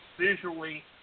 visually